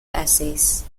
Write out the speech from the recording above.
essays